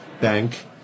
Bank